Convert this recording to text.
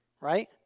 right